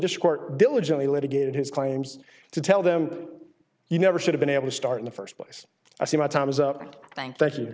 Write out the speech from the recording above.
this court diligently litigated his claims to tell them you never should have been able to start in the first place i see my time is up and thank